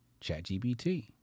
ChatGPT